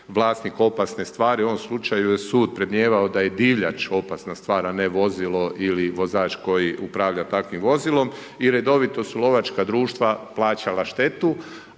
vlasnik opasne stvari, u ovom slučaju je sud predmnijevao da je divljač opasna stvar a ne vozilo ili vozač koji upravlja takvim vozilom i redovito su lovačka društva plaćala štetu